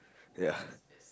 ya